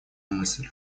мысль